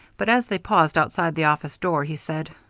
but as they paused outside the office door he said